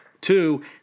Two